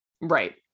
Right